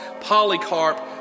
Polycarp